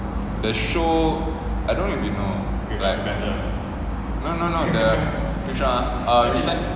the show I don't know if you know no no no